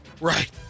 Right